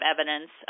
evidence